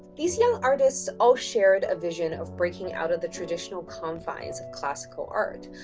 these young artist all shared a vision of breaking out of the traditional confines of classical art.